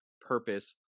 purpose